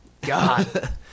god